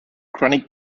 chronic